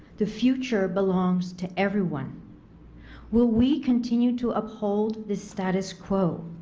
the future belongs to everyone will we continue to uphold the status quo?